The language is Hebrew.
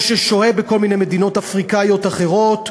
או ששוהה בכל מיני מדינות אפריקניות אחרות.